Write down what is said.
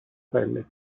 pelle